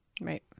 Right